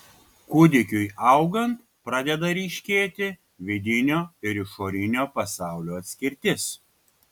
kūdikiui augant pradeda ryškėti vidinio ir išorinio pasaulio atskirtis